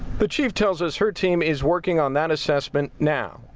but chief tells us her team is working on that assessment now.